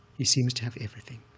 he seems to have everything,